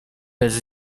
bez